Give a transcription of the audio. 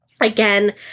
again